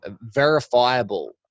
verifiable